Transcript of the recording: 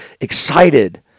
excited